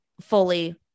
fully